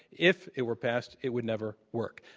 if it were passed, it would never work.